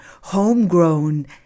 homegrown